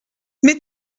mais